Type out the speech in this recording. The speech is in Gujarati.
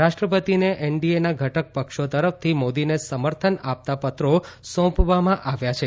રાષ્ટ્રપતિને એનડીએના ધટક પક્ષો તરફથી મોદીને સમર્થન આપતા પત્રો સોંપવામાં આવ્યા છે